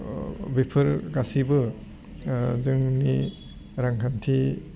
बेफोर गासैबो जोंनि रांखान्थि